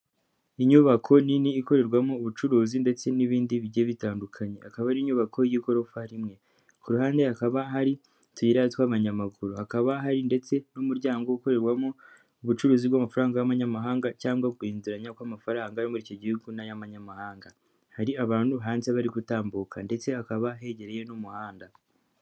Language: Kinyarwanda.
Inyubako nini ikorerwamo ubucuruzi ndetse n'ibindi bigiye bitandukanye, akaba ari inyubako y'igorofa rimwe, ku ruhande hakaba hari tuyira twa'ayamaguru, hakaba hari ndetse n'umuryango ukorerwamo ubucuruzi bw'amafaranga y'amanyamahanga cyangwa guhinduderanya kw'amafaranga yo muri iki gihugu na y'amanyamahanga, hari abantu hanze bari gutambuka ndetse hakaba hegereye n'umuhanda.